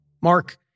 Mark